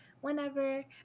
whenever